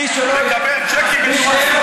מי שלא יקבל אחרת,